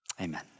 amen